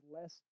less